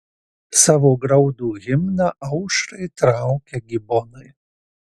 savo graudų himną aušrai traukia gibonai